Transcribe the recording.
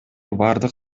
бардык